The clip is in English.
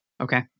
okay